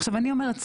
עכשיו אני אומרת,